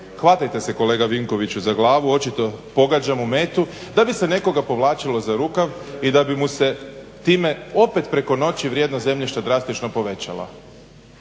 uhvatite se kolega Vinkoviću za glavu, očito pogađam u metu da bi se nekoga povlačilo za rukav i da bi mu se time preko noći opet vrijedno zemljište drastično povećalo.